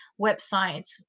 websites